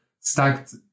stacked